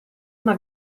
una